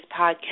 podcast